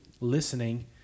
listening